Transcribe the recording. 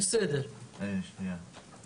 אני רוצה להעלות בעיה מאוד